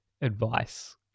advice